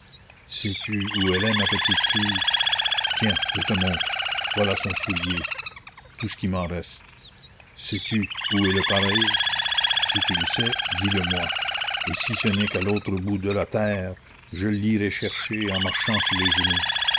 sais-tu où elle est ma petite fille tiens que je te montre voilà son soulier tout ce qui m'en reste sais-tu où est le pareil si tu le sais dis-le-moi et si ce n'est qu'à l'autre bout de la terre je l'irai chercher en marchant sur les genoux